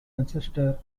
ancestor